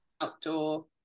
outdoor